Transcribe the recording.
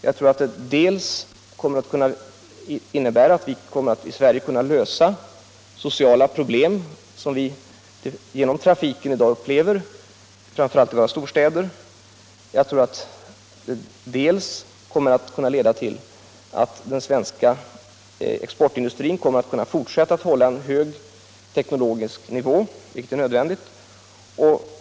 Jag tror att det dels kommer att kunna innebära att vi i Sverige skall kunna lösa de sociala problem som vi genom trafiken i dag upplever, framför allt i våra storstäder, dels kommer att kunna leda till att den svenska exportindustrin kan fortsätta att hålla en hög teknologisk nivå, vilket är nödvändigt.